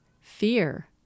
fear